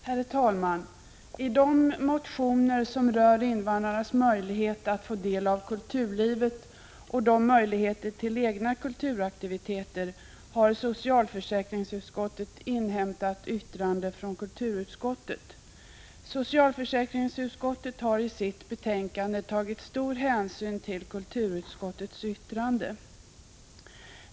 Herr talman! Beträffande de motioner som rör invandrarnas möjligheter att få del av kulturlivet och möjligheter till egna kulturaktiviteter har socialförsäkringsutskottet inhämtat yttrande från kulturutskottet. Socialförsäkringsutskottet har i sitt betänkande tagit stor hänsyn till kulturutskottets yttrande.